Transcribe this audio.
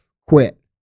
quit